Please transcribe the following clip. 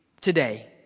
today